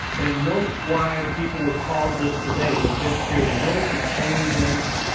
and notice why people would call this today the bent pyramid. notice the change in angle.